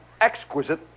exquisite